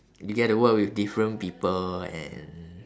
you get to work with different people and